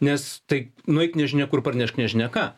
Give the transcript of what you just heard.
nes tai nueik nežinia kur parnešk nežinia ką